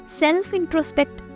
self-introspect